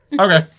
Okay